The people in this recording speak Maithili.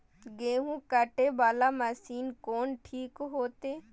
गेहूं कटे वाला मशीन कोन ठीक होते?